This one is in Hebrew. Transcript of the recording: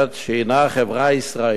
שהיא חברה ישראלית,